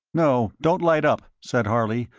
no, don't light up! said harley,